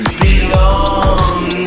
belong